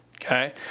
okay